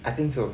I think so